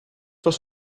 was